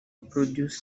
producers